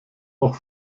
auch